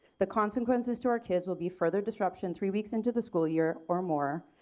the consequences to our kids will be further disruption three weeks into the school year or more,